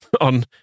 on